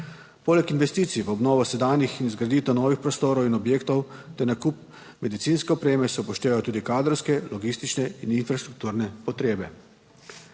Poleg investicij v obnovo sedanjih in zgraditev novih prostorov in objektov ter nakup medicinske opreme se upoštevajo tudi kadrovske, logistične in infrastrukturne potrebe.